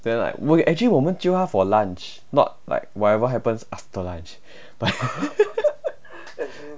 then like will no actually 我们 jio 他 for lunch not like whatever happens after lunch but